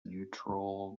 neutral